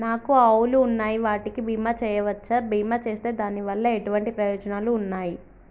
నాకు ఆవులు ఉన్నాయి వాటికి బీమా చెయ్యవచ్చా? బీమా చేస్తే దాని వల్ల ఎటువంటి ప్రయోజనాలు ఉన్నాయి?